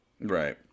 Right